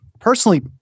Personally